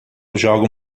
jogam